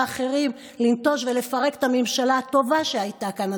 האחרים לנטוש ולפרק את הממשלה הטובה שהייתה כאן,